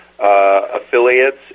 affiliates